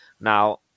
Now